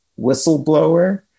whistleblower